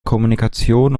kommunikation